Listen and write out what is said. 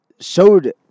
showed